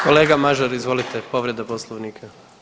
Kolega Mažar izvolite povreda Poslovnika.